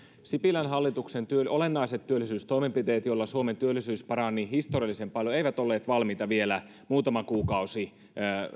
sipilän hallituksen olennaiset työllisyystoimenpiteet joilla suomen työllisyys parani historiallisen paljon eivät olleet valmiita vielä muutama kuukausi